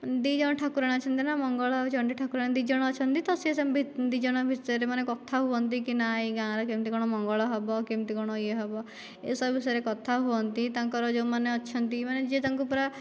ଦୁଇ ଜଣ ଠାକୁରାଣୀ ଅଛନ୍ତି ନା ମଙ୍ଗଳା ଆଉ ଚଣ୍ଡୀ ଠାକୁରାଣୀ ଦୁଇ ଜଣ ଅଛନ୍ତି ତ ସିଏ ସେମିତି ଦୁଇ ଜଣ ଭିତରେ ମାନେ କଥା ହୁଅନ୍ତି କି ନା ଏ ଗାଁରେ କେମିତି କ'ଣ ମଙ୍ଗଳ ହେବ କେମିତି କ'ଣ ଇଏ ହେବ ଏସବୁ ବିଷୟରେ କଥା ହୁଅନ୍ତି ତାଙ୍କର ଯେଉଁମାନେ ଅଛନ୍ତି ମାନେ ଯିଏ ତାଙ୍କୁ ପୁରା